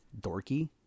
dorky